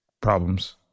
problems